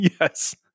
Yes